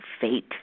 fate